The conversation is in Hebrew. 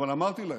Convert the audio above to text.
אבל אמרתי להם: